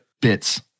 Bits